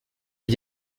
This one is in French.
des